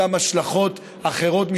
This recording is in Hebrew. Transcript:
גם על השלכות אחרות,